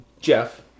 Jeff